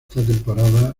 temporada